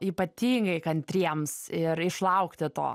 ypatingai kantriems ir išlaukti to